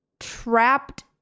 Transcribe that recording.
trapped